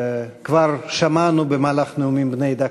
שכבר שמענו במהלך הנאומים בני הדקה.